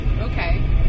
Okay